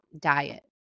diet